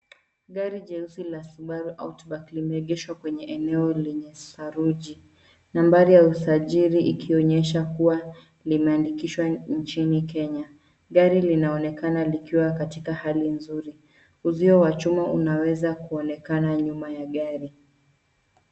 Gari jeusi la Subaru Outback limeegeshwa kwenye eneo lenye saruji. Nambari ya usajili ikionyesha kuwa limeandikishwa nchini Kenya. Gari linaonekana likiwa katika hali nzuri. Uzio wa chuma unaweza kuonekana nyuma ya gari.